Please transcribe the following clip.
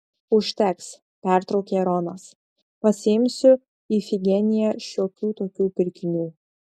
užteks pertraukė ronas pasiimsiu ifigeniją šiokių tokių pirkinių